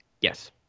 Yes